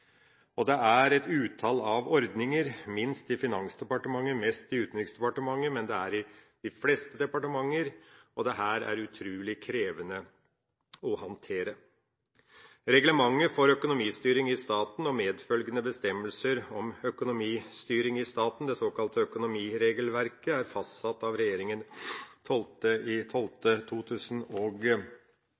Det er et utall av ordninger, minst i Finansdepartementet og mest i Utenriksdepartementet, men det er i de fleste departementer, og dette er utrolig krevende å håndtere. Reglementet for økonomistyring i staten og medfølgende bestemmelser om økonomistyring i staten, det såkalte økonomiregelverket, er fastsatt